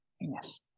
Yes